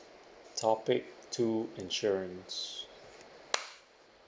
topic two insurance